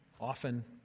often